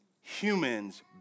Humans